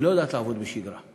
היא לא יודעת לעבוד בשגרה,